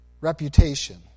reputation